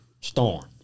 storm